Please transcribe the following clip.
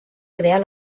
crear